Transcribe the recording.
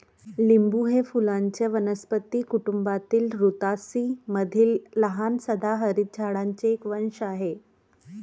लिंबू हे फुलांच्या वनस्पती कुटुंबातील रुतासी मधील लहान सदाहरित झाडांचे एक वंश आहे